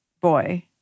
boy